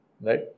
right